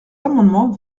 amendements